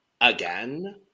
Again